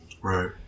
Right